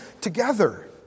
together